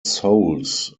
souls